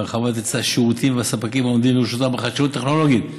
בהרחבת היצע השירותים והספקים העומדים לרשותם בחדשנות טכנולוגית.